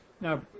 now